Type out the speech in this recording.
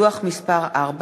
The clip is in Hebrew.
דוח מס' 4,